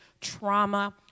trauma